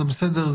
זה בסדר,